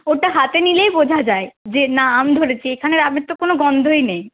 ওটা হাতে নিলেই বোঝা যায় যে না আম ধরেছি এখানের আমের তো কোনো গন্ধই নেই